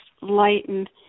lightened